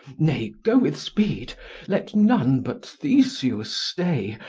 nay, go with speed let none but theseus stay,